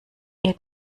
ihr